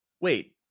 Wait